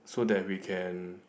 so that we can